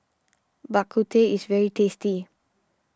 Bak Kut Teh is very tasty